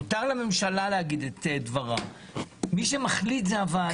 מותר לממשלה להגיד את דבריה ומי שמחליט זאת הוועדה,